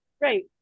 right